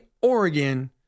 Oregon